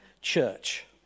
church